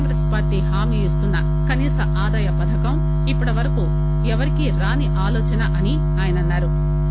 Congress party హామీ ఇస్తున్న కనీస ఆదాయ పథకం ఇప్పటివరకు ఎవరికీ రాని ఆలోచనని ఆయన అన్నారు